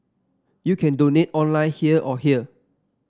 you can donate online here or here